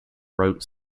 route